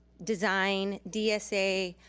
design, dsa.